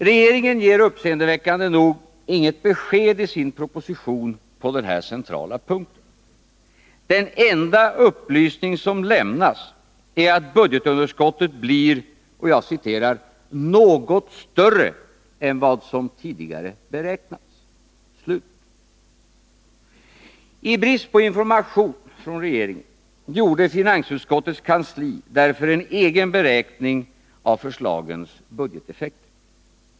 Regeringen ger, uppseendeväckande nog, inget besked i sin proposition på den här centrala punkten. Den enda upplysning som lämnas är att budgetunderskottet blir ”något större” än vad som tidigare beräknats. I brist på information från regeringen gjorde finansutskottets kansli därför en egen beräkning av förslagens budgeteffekter.